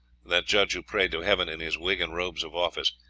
that judge who prayed to heaven in his wig and robes of office,